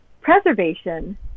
preservation